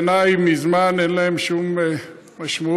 בעיניי, מזמן אין להן שום משמעות.